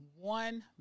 one